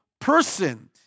person